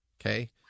okay